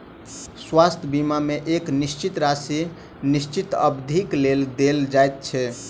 स्वास्थ्य बीमा मे एक निश्चित राशि निश्चित अवधिक लेल देल जाइत छै